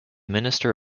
minister